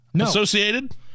associated